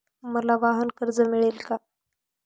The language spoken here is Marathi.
मला वाहनकर्ज मिळेल का?